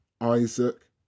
Isaac